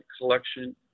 collection